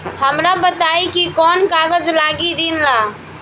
हमरा बताई कि कौन कागज लागी ऋण ला?